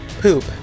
Poop